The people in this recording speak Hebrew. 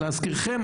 להזכירכם,